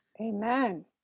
Amen